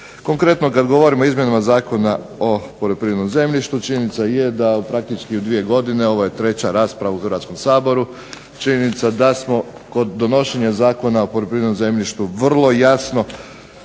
Konkretno kad govorim o izmjenama Zakona o poljoprivrednom zemljištu činjenica je da praktički u 2 godine ovo je treća rasprava u Hrvatskom saboru, činjenica je da smo kod donošenja Zakona o poljoprivrednom zemljištu vrlo jasno